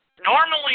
normally